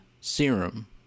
serum